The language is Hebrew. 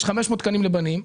יש 500 תקנים לבנים.